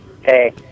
Hey